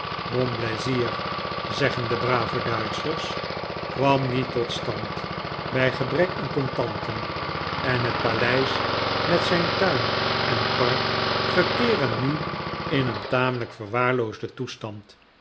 de brave duitschers kwam niet tot stand bij gebrek aan contanten en het paleis met zijn tuin en park verkeeren nu in een tamelijk verwaarloosden toestand